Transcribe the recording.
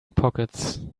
pockets